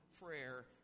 prayer